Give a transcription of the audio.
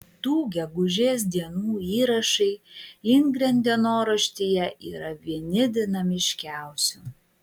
tų gegužės dienų įrašai lindgren dienoraštyje yra vieni dinamiškiausių